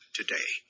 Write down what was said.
today